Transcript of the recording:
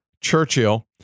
Churchill